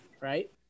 right